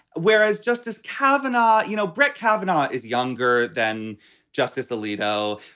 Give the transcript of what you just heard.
whereas justice kavanaugh, you know, brett kavanaugh is younger than justice alito.